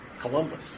Columbus